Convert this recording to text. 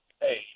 Hey